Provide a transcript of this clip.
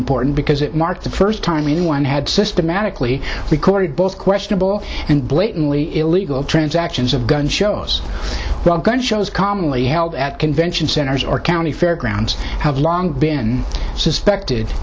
important because it marked the first time anyone had systematically recorded both questionable and blatantly illegal transactions of gun shows the gun shows commonly held at convention centers or county fairgrounds have long been suspected